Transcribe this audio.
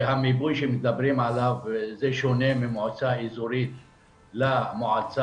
המיפוי שמדברים עליו זה שונה ממועצה אזורית למועצה